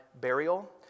burial